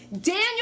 Daniel